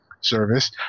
service